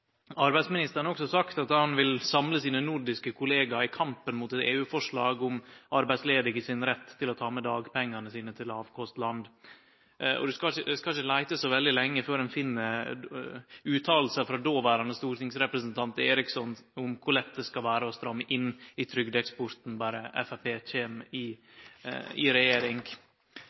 Arbeidsministeren har også sagt at han vil samle sine nordiske kollegaer i kampen mot eit EU-forslag om arbeidsledige sin rett til å ta med dagpengane sine til lågkostland. Ein skal ikkje leite så veldig lenge før ein finn utsegner frå dåverande stortingsrepresentant Eriksson om kor lett det skal vere å stramme inn i trygdeeksporten berre Framstegspartiet kjem i regjering.